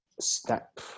step